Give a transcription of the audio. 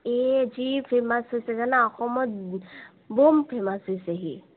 এই যি ফেমাছ হৈছে জানা অসমত ব'ম ফেমাছ হৈছে সি